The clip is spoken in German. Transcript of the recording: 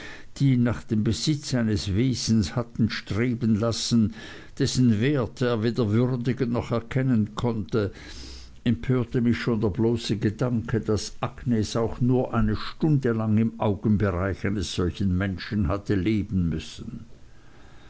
die ihn nach dem besitz eines wesen hatten streben lassen dessen wert er weder würdigen noch erkennen konnte empörte mich schon der bloße gedanke daß agnes auch nur eine stunde lang im augenbereich eines solchen menschen hatte leben müssen